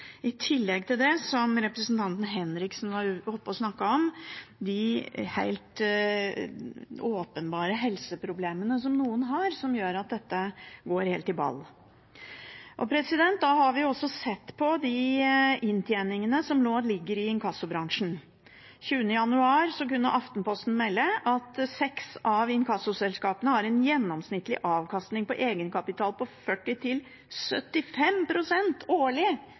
i tillegg til, som representanten Henriksen snakket om, de helt åpenbare helseproblemene som noen har, som gjør at dette går helt i ball. Vi har også sett på inntjeningen som nå er i inkassobransjen. Den 20. januar kunne Aftenposten melde at seks av inkassoselskapene har en gjennomsnittlig avkastning på egenkapital på 40–75 pst. årlig